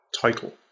title